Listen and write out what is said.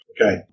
Okay